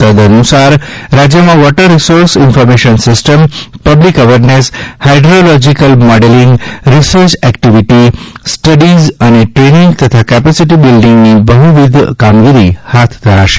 તદ્દઅનુસાર રાજ્યમાં water resources information system public awareness hydrological modelling research activity studies અને training તથા capacity બિલ્ડીંગની બહ્વિધ કામગીરી હાથ ધરાશે